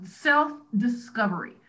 self-discovery